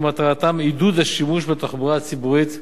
מטרתם עידוד השימוש בתחבורה הציבורית ובאוטובוסים.